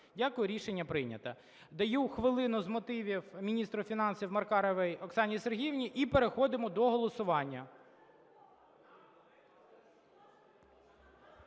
Дякую. Рішення прийнято. Даю хвилину з мотивів міністру фінансів Маркаровій Оксані Сергіївні і переходимо до голосування.